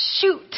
Shoot